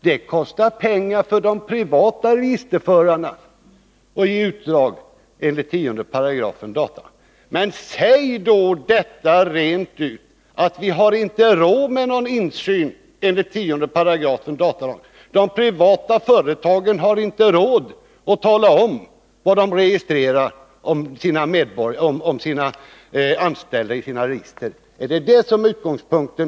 Det kostar pengar för de privata registerförarna att ge utdrag enligt 10 §& datalagen. 127 Men säg då detta rent ut — att vi inte har råd med insyn enligt 10 § datalagen. De privata företagen har inte råd att tala om vad de registrerar i fråga om sina anställda. Är det det som är utgångspunkten?